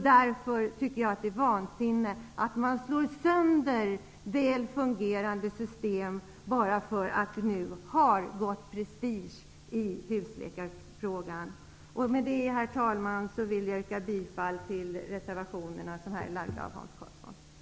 Därför tycker jag att det är vansinne att man slår sönder väl fungerande system bara för att det nu har gått prestige i husläkarfrågan. Med det, herr talman, vill jag yrka bifall till reservationerna som det redan har yrkats bifall till av Hans Karlsson.